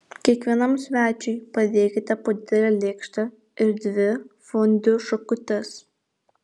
kiekvienam svečiui padėkite po didelę lėkštę ir dvi fondiu šakutes